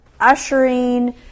ushering